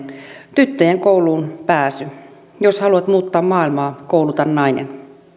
tyttöjen kouluunpääsy jos haluat muuttaa maailmaa kouluta nainen